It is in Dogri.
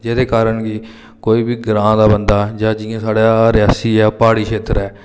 जेह्दे कारण की कोई बी ग्रांऽ दा बंदा जा जि'यां साढ़े रियासी ऐ प्हाड़ी खेत्तर ऐ